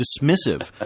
dismissive